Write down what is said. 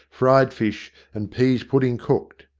fried fish and pease pudding cooked.